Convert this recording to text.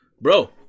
bro